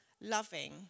loving